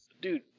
Dude